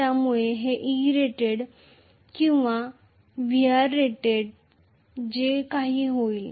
त्यामुळे हे Erated किंवा Vrated जे काही होईल